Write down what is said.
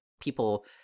people